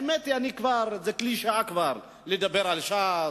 האמת היא שזו כבר קלישאה לדבר על ש"ס,